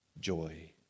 joy